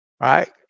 Right